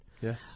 yes